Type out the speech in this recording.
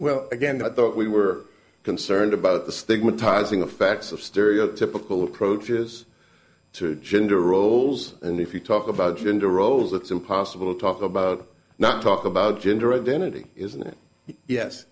well again i thought we were concerned about the stigmatising affects of stereotypical approaches to gender roles and if you talk about gender roles it's impossible to talk about not talk about gender identity isn't it yes